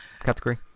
category